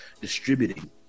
distributing